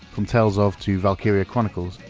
from tales of to valkyria chronicles,